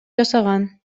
жасаган